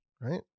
Right